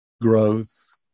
growth